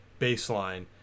baseline